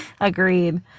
Agreed